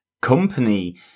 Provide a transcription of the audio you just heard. company